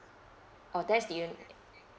oh that's the only